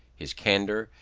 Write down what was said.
his candour,